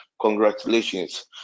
Congratulations